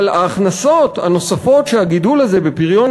אבל ההכנסות הנוספות שהגידול הזה בפריון